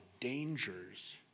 dangers